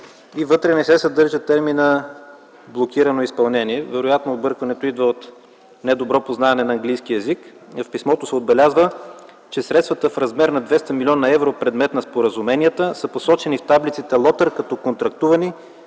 Вътре не се съдържа терминът „блокирано изпълнение”. Вероятно объркването идва от недобро познаване на английския език. В писмото се отбелязва, че средствата в размер на 200 млн. евро, предмет на споразуменията, са посочени в таблиците ЛОТАР като контрактувани,